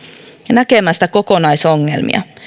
näkemästä kokonaisongelmia